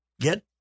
get